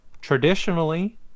Traditionally